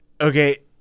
Okay